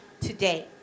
today